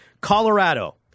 Colorado